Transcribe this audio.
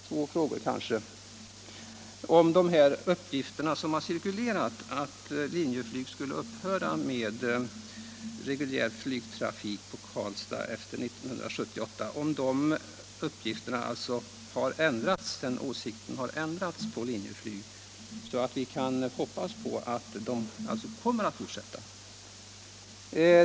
Den första frågan är: Har de uppgifter som har cirkulerat om att Linjeflyg skulle upphöra med den reguljära flygtrafiken på Karlstad efter 1978 ändrats så att vi nu kan hoppas på att den kommer att fortsätta?